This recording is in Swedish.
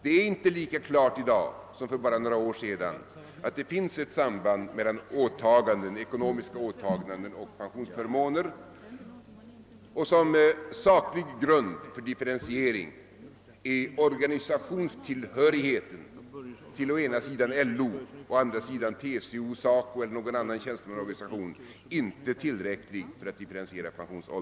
Det är inte lika klart i dag som för bara några år sedan att det finns ett samband mellan ekonomiska åtaganden och pensionsförmåner. Som saklig grund för differentiering av pensionsåldern är organisationstillhörigheten till å ena sidan LO och å andra sidan TCO, SACO eller någon annan tjänstemannaorganisation inte tillräcklig.